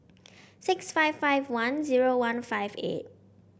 six five five one zero one five eight